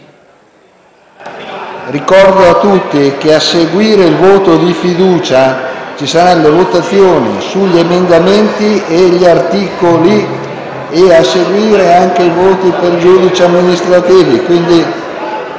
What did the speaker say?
Ricordo a tutti che dopo il voto di fiducia ci saranno le votazioni sugli emendamenti e gli articoli e a seguire anche i voti per i giudici amministrativi,